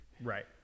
Right